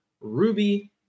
ruby